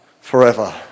forever